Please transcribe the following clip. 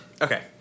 Okay